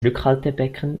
rückhaltebecken